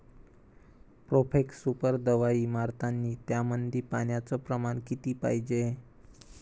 Profex super दवाई मारतानी त्यामंदी पान्याचं प्रमाण किती पायजे?